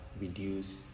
reduce